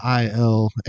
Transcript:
IL